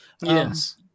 yes